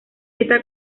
está